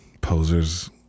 Posers